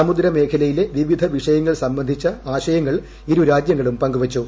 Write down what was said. സമുദ്ര മേഖലയിലെ വിവിധ വിഷയങ്ങൾ സംബന്ധിച്ച ആശയങ്ങൾ ഇരു രാജ്യങ്ങളും പങ്കുവച്ചു